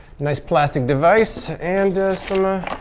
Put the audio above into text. nice plastic device, and so